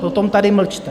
Potom tady mlčte!